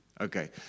okay